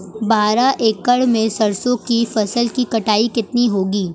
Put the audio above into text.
बारह एकड़ में सरसों की फसल की कटाई कितनी होगी?